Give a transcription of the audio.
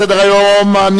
18בעד, 41 נגד, אנין נמנעים.